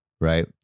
right